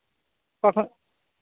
ᱚᱠᱟ ᱠᱷᱚᱱ